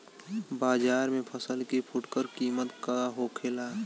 बाजार में फसल के फुटकर कीमत का होखेला?